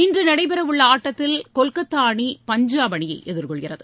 இன்று நடைபெறவுள்ள ஆட்டத்தில் கொல்கத்தா அணி பஞ்சாப் அணியை எதிர்கொள்கிறது